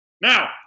Now